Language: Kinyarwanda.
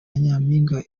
nyampinga